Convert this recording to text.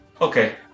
Okay